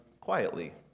quietly